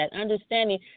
understanding